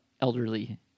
elderly